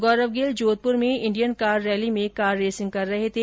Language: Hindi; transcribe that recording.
गौरव गिल जोधप्र में इंडियन कार रैली में कार रेसिंग कर रहे थे